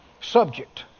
Subject